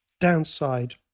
downside